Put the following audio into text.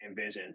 envisions